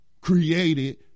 created